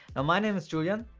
ah my name is julian.